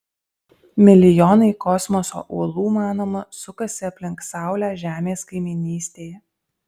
milijonai kosmoso uolų manoma sukasi aplink saulę žemės kaimynystėje